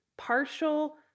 Partial